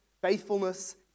faithfulness